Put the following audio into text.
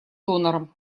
донором